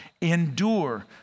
endure